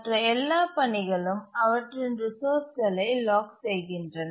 மற்ற எல்லா பணிகளும் அவற்றின் ரிசோர்ஸ்களை லாக் செய்கின்றன